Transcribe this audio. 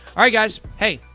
alright, guys. hey,